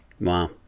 Wow